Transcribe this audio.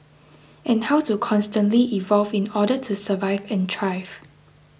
and how to constantly evolve in order to survive and thrive